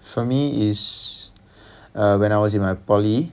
for me is when I was in my poly